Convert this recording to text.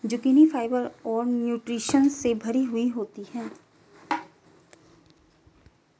zucchini fibre और nutritions से भरी हुई होती है